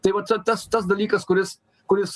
tai va ta tas tas dalykas kuris kuris